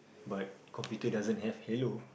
but computers doesn't have Halo